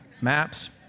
Maps